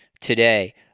today